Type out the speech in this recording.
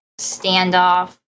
standoff